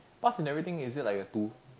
pass in everything is it like a two